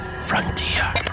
Frontier